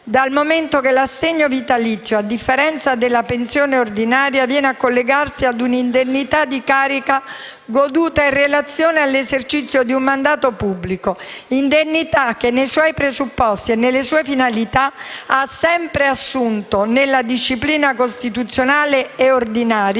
dal momento che, a differenza della pensione ordinaria, l'assegno vitalizio viene a collegarsi a un'indennità di carica goduta in relazione all'esercizio di un mandato pubblico: indennità che, nei suoi presupposti e nelle sue finalità, ha sempre assunto nella disciplina costituzionale e ordinaria